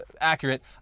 accurate